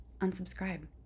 unsubscribe